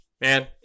man